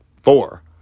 four